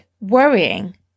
worrying